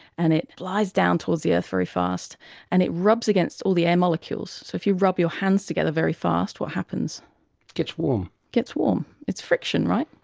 and it flies down towards the earth very fast and it rubs against all the air molecules. so if you rub your hands together very fast, what happens gets warm. it gets warm, it's friction, right?